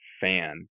fan